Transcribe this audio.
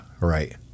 right